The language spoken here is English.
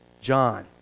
John